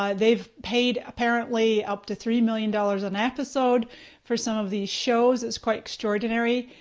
um they've paid apparently up to three million dollars an episode for some of these shows, it's quite extraordinary.